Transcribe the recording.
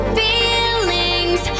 feelings